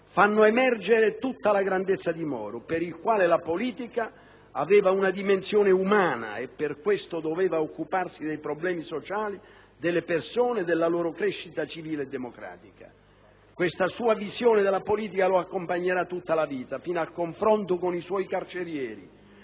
fa emergere tutta la grandezza di Moro, per il quale la politica aveva una dimensione umana e per questo doveva occuparsi dei problemi sociali delle persone, della loro crescita civile e democratica. Questa sua visione della politica lo accompagnerà tutta la vita, fino al confronto con i suoi carcerieri,